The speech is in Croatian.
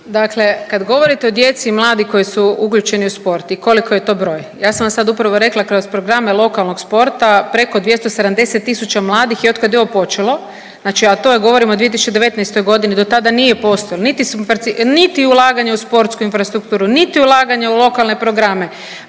Dakle, kad govorite o djeci i mladi koji su uključeni u sport i koliko je to broj, ja sam vam sad upravo rekla kroz programe lokalnog sporta preko 270.000 mladih je otkad je ovo počelo, znači a to je govorim o 2019. godini do tada nije postojalo niti …/Govornica se ne razumije./… niti ulaganja u sportsku infrastrukturu, niti ulaganja u lokalne programe,